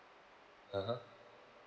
ah ha